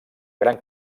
gran